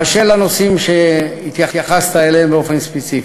באשר לנושאים שהתייחסת אליהם באופן ספציפי,